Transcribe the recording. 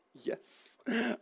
yes